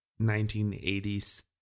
1980s